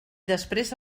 després